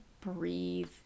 breathe